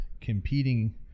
competing